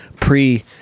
pre-